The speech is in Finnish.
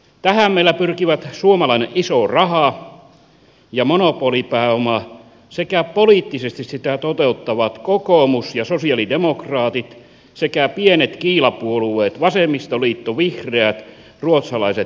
tähän meillä pyrkivät suomalainen iso raha ja monopolipääoma sekä poliittisesti sitä toteuttavat kokoomus ja sosialidemokraatit sekä pienet kiilapuolueet vasemmistoliitto vihreät ruotsalaiset ja kristilliset